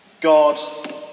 God